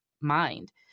mind